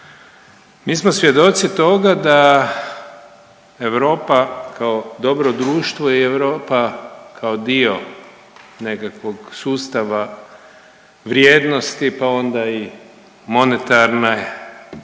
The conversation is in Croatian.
Mi smo svjedoci toga da Europa kao dobro društvo i Europa kao dio nekakvog sustava vrijednosti pa onda i monetarne,